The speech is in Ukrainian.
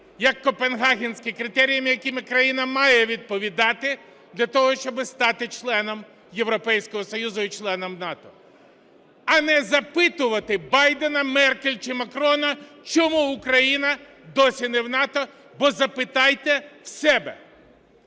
як копенгагенські, критеріям, яким країна має відповідати для того, щоби стати членом Європейського Союзу і членом НАТО. А не запитувати Байдена, Меркель чи Макрона, чому Україна досі не в НАТО. Бо запитайте в себе.